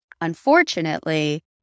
Unfortunately